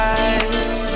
eyes